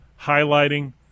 highlighting